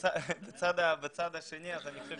אני חושב